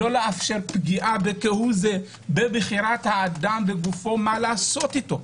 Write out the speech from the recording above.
לא לאפשר פגיעה בכהוא זה בבחירת האדם בגופו מה לעשות איתו.